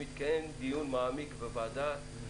שהיא תשמח אם יתקיים דיון מעמיק ורציני בוועדה.